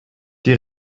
die